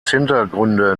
hintergründe